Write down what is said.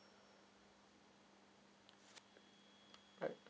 right